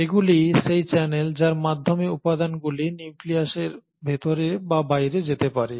এগুলি সেই চ্যানেল যার মাধ্যমে উপাদানগুলি নিউক্লিয়াসের ভেতরে বা বাইরে যেতে পারে